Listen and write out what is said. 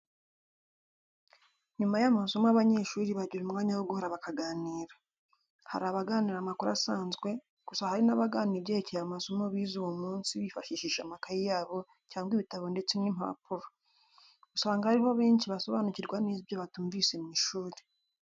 Nyuma y'amasomo abanyeshuri bagira umwanya wo guhura bakaganira . Hari abaganira amakuru asanzwe ,gusa hari n'abaganira ibyerekeye amasomo bize uwo munsi bifashishije amakayi ya bo cyangwa ibitabo ndetse n'impapuro. Usanga ari ho abenshi basobanukirwa neza ibyo batumvise mu ishuri.